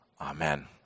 Amen